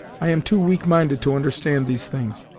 i am too weak-minded to understand these things,